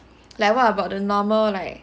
like what about the normal like